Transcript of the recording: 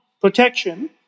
protection